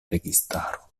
registaro